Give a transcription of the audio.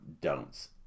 don'ts